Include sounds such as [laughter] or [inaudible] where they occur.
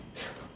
[laughs]